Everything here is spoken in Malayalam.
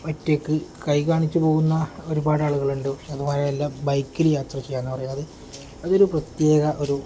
ഒറ്റക്ക് കൈ കാണിച്ച് പോകുന്ന ഒരുപാട് ആളുകളുണ്ട് അതുമാത്രം അല്ല ബൈക്കിൽ യാത്ര ചെയ്യുക എന്ന് പറയുന്നത് അതൊരു പ്രത്യേക ഒരു